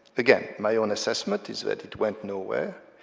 again, my own assessment is that it went nowhere,